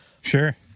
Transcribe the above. Sure